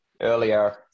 earlier